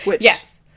Yes